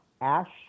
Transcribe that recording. ASH